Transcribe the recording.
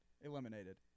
Eliminated